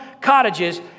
cottages